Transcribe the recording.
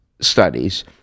studies